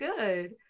good